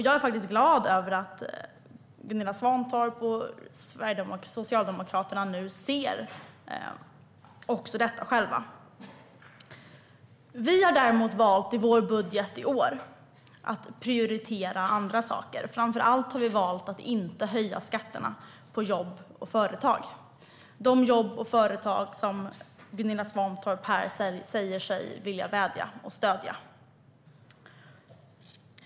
Jag är faktiskt glad att Gunilla Svantorp och Socialdemokraterna nu ser detta. Vi har däremot valt att prioritera andra saker i vår budget i år. Framför allt har vi valt att inte höja skatterna på jobb och företag - de jobb och företag Gunilla Svantorp här säger sig vilja värna och stödja.